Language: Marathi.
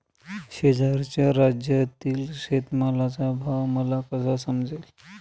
शेजारच्या राज्यातील शेतमालाचा भाव मला कसा समजेल?